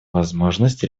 возможность